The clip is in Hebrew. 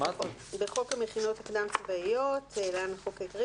בחוק המכינות הקדם צבאיות (להלן - החוק העיקרי),